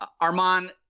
Armand